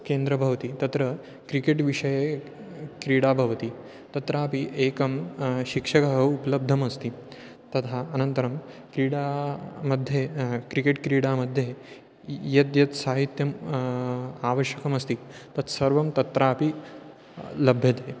केन्द्रं भवति तत्र क्रिकेट् विषये क्रीडा भवति तत्रापि एकः शिक्षकः उपलब्धम् अस्ति तथा अनन्तरं क्रीडा मध्ये क्रिकेट् क्रीडा मध्ये यद्यत् साहित्यम् आवश्यकमस्ति तत्सर्वं तत्रापि लभ्यते